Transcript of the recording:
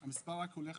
שהגשנו.